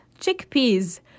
chickpeas